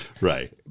Right